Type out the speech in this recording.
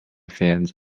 fans